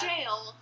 jail